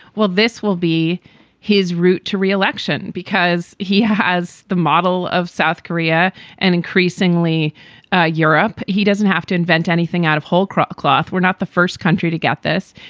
well, this will be his route to reelection because he has the model of south korea and increasingly ah europe. he doesn't have to invent anything out of whole cloth. we're not the first country to get this.